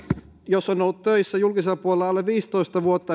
jos on ollut töissä alle viisitoista vuotta